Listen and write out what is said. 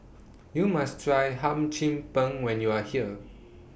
YOU must Try Hum Chim Peng when YOU Are here